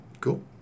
Cool